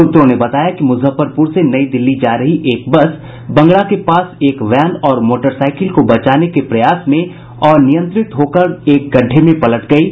सूत्रों ने बताया कि मुजफ्फरपुर से नई दिल्ली जा रही एक बस बंगरा के पास एक वैन और मोटरसाईकिल को बचाने के प्रयास में अनियंत्रित होकर एक गड्ढे में पलट गयी